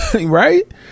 Right